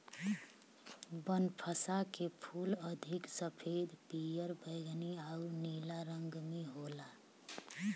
बनफशा के फूल अधिक सफ़ेद, पियर, बैगनी आउर नीला रंग में होला